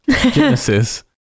Genesis